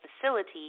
facility